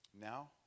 now